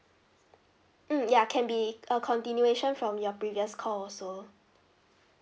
mm ya can be a continuation from your previous call also